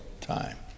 time